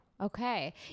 Okay